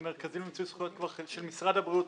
המרכזים למיצוי זכויות של משרד הבריאות,